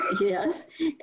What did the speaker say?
Yes